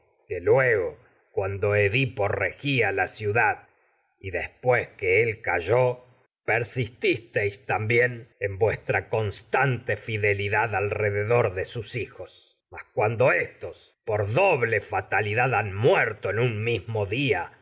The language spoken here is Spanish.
que lue cuando edipo regía la ciudad después constante que él cayó dad persististeis también sus en vuestra fideli alrededor de hijos mas cuando éstos por doble en un fatalidad heridos en han sus muerto mismo día